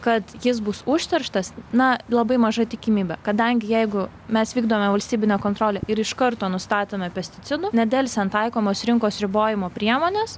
kad jis bus užterštas na labai maža tikimybė kadangi jeigu mes vykdome valstybinę kontrolę ir iš karto nustatome pesticidų nedelsiant taikomos rinkos ribojimo priemonės